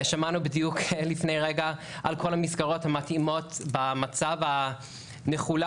שמענו בדיוק לפני רגע על כל המסגרות המתאימות במצב המחולק,